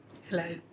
Hello